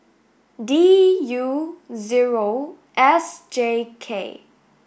D U zero S J K